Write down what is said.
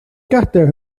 gadair